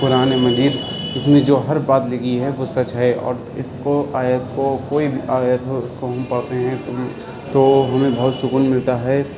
قرآن مجید جس میں جو میں ہر بات لکھی ہے وہ سچ ہے اور اس کو آیت کو کوئی بھی آیت ہو اس کو ہم پڑھتے ہیں تو ہمیں بہت سکون ملتا ہے